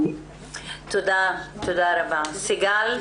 סיגל בבקשה.